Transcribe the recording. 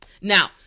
Now